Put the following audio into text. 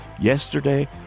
Yesterday